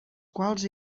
quals